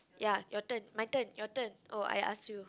ya your turn my turn your turn oh I ask you